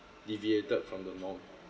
deviated from the norm